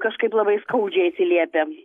kažkaip labai skaudžiai atsiliepė